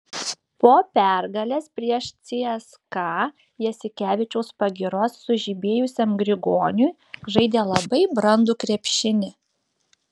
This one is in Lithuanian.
po pergalės prieš cska jasikevičiaus pagyros sužibėjusiam grigoniui žaidė labai brandų krepšinį